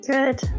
Good